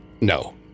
No